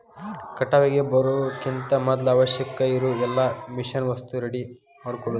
ಕಟಾವಿಗೆ ಬರುಕಿಂತ ಮದ್ಲ ಅವಶ್ಯಕ ಇರು ಎಲ್ಲಾ ಮಿಷನ್ ವಸ್ತು ರೆಡಿ ಮಾಡ್ಕೊಳುದ